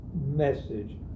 message